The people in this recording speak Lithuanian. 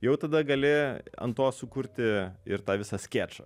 jau tada gali ant to sukurti ir tą visą skečą